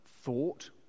thought